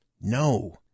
No